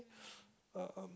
um